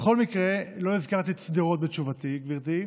בכל מקרה, לא הזכרתי את שדרות בתשובתי, גברתי.